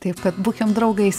taip kad būkim draugais